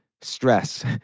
stress